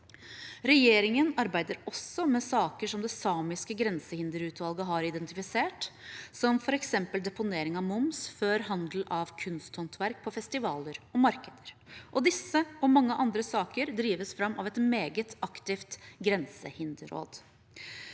Regjeringen arbeider også med saker som det samiske grensehinderutvalget har identifisert, som f.eks. deponering av moms før handel av kunsthåndverk på festivaler og markeder. Disse og mange andre saker drives fram av et meget aktivt grensehinderråd.